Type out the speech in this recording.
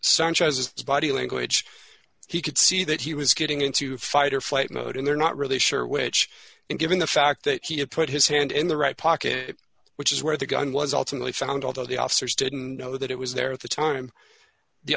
sanchez it's body language he could see that he was getting into fight or flight mode and they're not really sure which and given the fact that he had put his hand in the right pocket which is where the gun was ultimately found although the officers didn't know that it was there at the time the